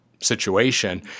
situation